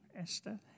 Esther